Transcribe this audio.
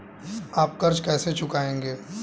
आप कर्ज कैसे चुकाएंगे?